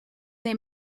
they